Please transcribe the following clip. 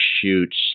shoots